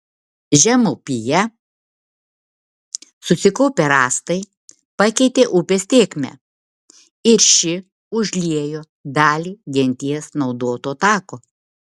žemupyje susikaupę rąstai pakeitė upės tėkmę ir ši užliejo dalį genties naudoto tako